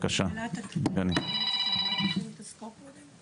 נשמע תחילה את מרכז המחקר והמידע של